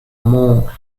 more